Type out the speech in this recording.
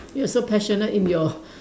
you're so passionate in your